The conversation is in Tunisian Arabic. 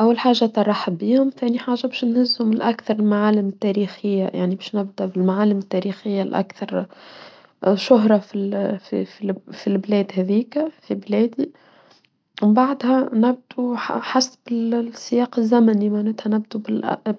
أول حاجة ترحب بيهم ثاني حاجة مش ننزل من الأكثر المعالم التاريخية يعني مش نبدأ بالمعالم التاريخية الأكثر شهرة في البلاد هذيكة في بلادي وبعدها نبدو حسب السياق الزمني معناتها نبدو